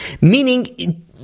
Meaning